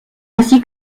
ainsi